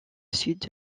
sud